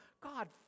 God